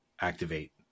activate